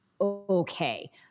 okay